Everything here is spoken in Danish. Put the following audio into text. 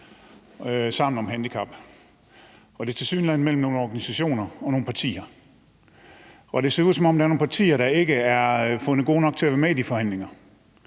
handicapområdet, og det er tilsyneladende mellem nogle organisationer og nogle partier. Og det ser ud, som om der er nogle partier, der ikke er fundet gode nok til at være med i de forhandlinger,